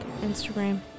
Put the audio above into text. Instagram